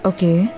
Okay